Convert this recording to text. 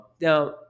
now